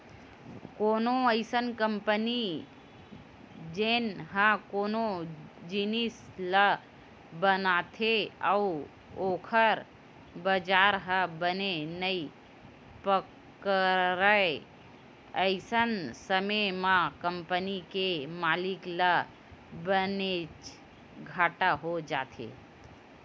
कोनो अइसन कंपनी जेन ह कोनो जिनिस ल बनाथे अउ ओखर बजार ह बने नइ पकड़य अइसन समे म कंपनी के मालिक ल बनेच घाटा हो जाथे